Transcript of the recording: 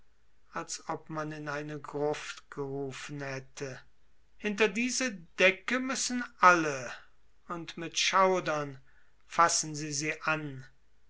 als ob man in eine gruft gerufen hätte hinter diese decke müssen alle und mit schaudern fassen sie sie an